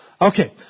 Okay